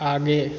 आगे